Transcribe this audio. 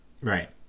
Right